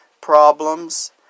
problems